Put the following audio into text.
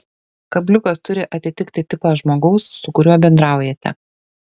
kabliukas turi atitikti tipą žmogaus su kuriuo bendraujate